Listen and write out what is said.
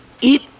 eat